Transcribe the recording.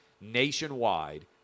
nationwide